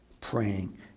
praying